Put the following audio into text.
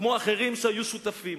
כמו אחרים שהיו שותפים.